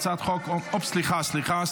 סליחה,